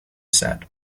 said